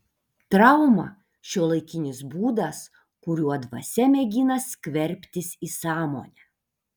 trauma šiuolaikinis būdas kuriuo dvasia mėgina skverbtis į sąmonę